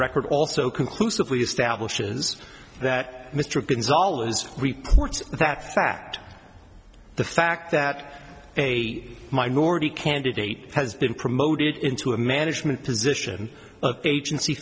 record also conclusively establishes that mr gonzalez reports that fact the fact that a minority candidate has been promoted into a management position agency